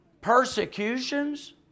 persecutions